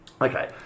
Okay